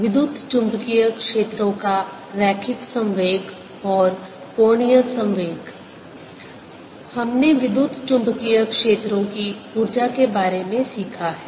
विद्युतचुम्बकीय क्षेत्रों का रैखिक संवेग और कोणीय संवेग हमने विद्युतचुम्बकीय क्षेत्रों की ऊर्जा के बारे में सीखा है